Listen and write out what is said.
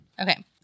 Okay